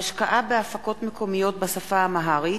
(השקעה בהפקות מקומיות בשפה האמהרית),